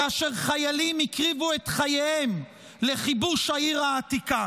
כאשר חיילים הקריבו את חייהם לכיבוש העיר העתיקה,